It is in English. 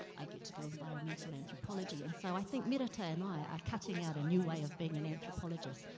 i get to do environmental anthropology, and so i think merata and i are cutting out a new way of being an anthropologist.